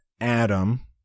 Adam